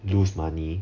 lose money